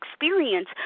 experience